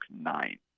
nine